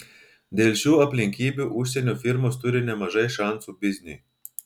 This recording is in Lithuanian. dėl šių aplinkybių užsienio firmos turi nemažai šansų bizniui